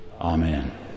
Amen